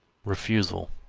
refusal,